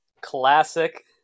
Classic